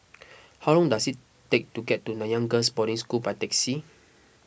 how long does it take to get to Nanyang Girls' Boarding School by taxi